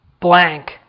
blank